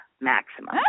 maximum